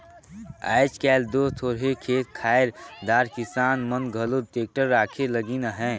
आएज काएल दो थोरहे खेत खाएर दार किसान मन घलो टेक्टर राखे लगिन अहे